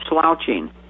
slouching